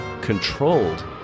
controlled